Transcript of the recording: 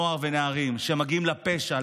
נוער ונערים שמגיעים לפשע,